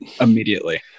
immediately